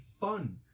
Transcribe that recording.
fun